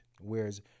Whereas